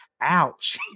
ouch